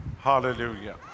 Hallelujah